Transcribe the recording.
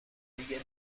دیگه